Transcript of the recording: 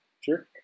Sure